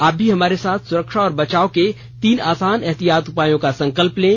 आप भी हमारे साथ सुरक्षा और बचाव के तीन आसान एहतियाती उपायों का संकल्प लें